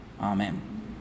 amen